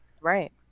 Right